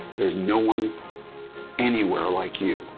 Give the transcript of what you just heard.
there's no one anywhere like you.